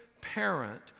parent